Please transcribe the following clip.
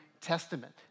Testament